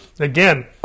Again